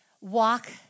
walk